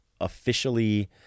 officially